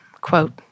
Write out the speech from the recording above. quote